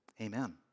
Amen